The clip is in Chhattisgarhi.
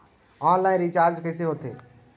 ऑनलाइन रिचार्ज कइसे करथे?